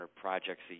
projects